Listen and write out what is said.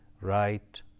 right